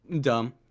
dumb